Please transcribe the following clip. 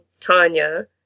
Tanya